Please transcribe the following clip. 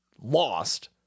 lost